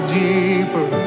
deeper